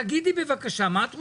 תגידי בבקשה מה את רוצה.